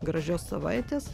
gražios savaitės